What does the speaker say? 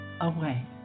away